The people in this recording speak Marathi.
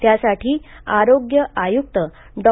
त्यासाठी आरोग्य आयुक्त डॉ